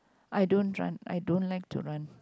I don't run I don't like to run